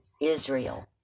Israel